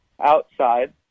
outside